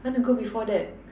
I want to go before that